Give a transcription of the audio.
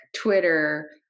Twitter